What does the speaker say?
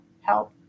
help